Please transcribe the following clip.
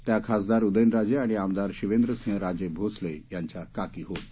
त्या खासदार उदयनराजे आणि आमदार शिवेंद्रसिंहराजे भोसले यांच्या काकी होत